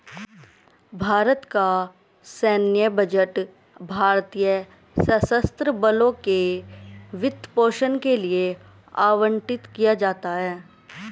भारत का सैन्य बजट भारतीय सशस्त्र बलों के वित्त पोषण के लिए आवंटित किया जाता है